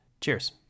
cheers